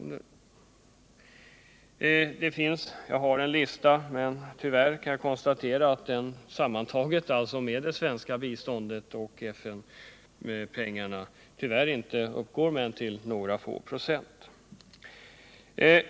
Enligt den lista jag har kan jag tyvärr konstatera att det svenska biståndet tillsammans med FN-pengarna tyvärr inte uppgår till mer än några få procent.